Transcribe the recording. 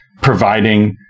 providing